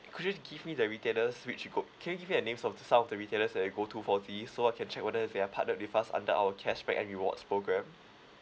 could you give me the retailers which co~ can you give me a names of all the retailers that you go to for this so I can check whether they are partnered with us under our cashback and rewards programme